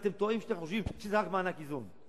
ואתם טועים כאשר אתם חושבים שזה רק מענק איזון.